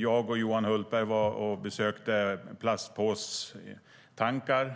Jag och Johan Hultberg var och besökte plastpåstankar